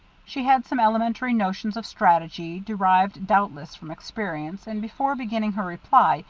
she had some elementary notions of strategy, derived, doubtless, from experience, and before beginning her reply,